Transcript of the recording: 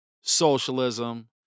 socialism